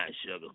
Sugar